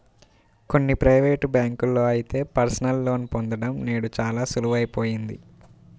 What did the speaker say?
కొన్ని ప్రైవేటు బ్యాంకుల్లో అయితే పర్సనల్ లోన్ పొందడం నేడు చాలా సులువయిపోయింది